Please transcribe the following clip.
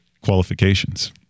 qualifications